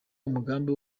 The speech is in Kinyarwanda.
umugambi